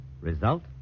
Result